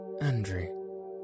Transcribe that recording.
Andrew